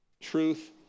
truth